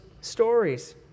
stories